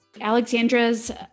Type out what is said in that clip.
Alexandra's